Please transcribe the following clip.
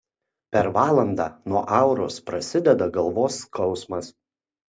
per valandą nuo auros prasideda galvos skausmas